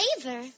flavor